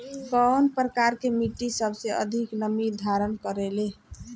कउन प्रकार के मिट्टी सबसे अधिक नमी धारण करे ले?